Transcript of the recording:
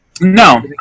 No